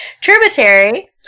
Tributary